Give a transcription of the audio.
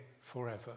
forever